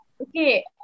Okay